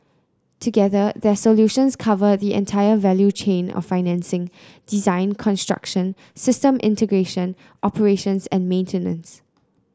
together their solutions cover the entire value chain of financing design construction system integration operations and maintenance